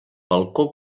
balcó